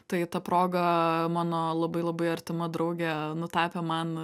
tai ta proga mano labai labai artima draugė nutapė man